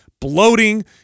Bloating